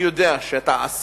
אני יודע שעשית,